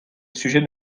sujet